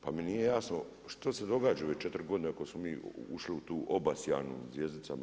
Pa mi nije jasno što se događa u ove 4 godine ako smo mi ušli u tu obasjanu zvjezdicama EU?